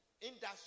industry